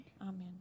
Amen